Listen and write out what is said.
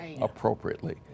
appropriately